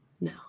No